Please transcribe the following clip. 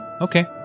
Okay